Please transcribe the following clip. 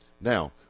now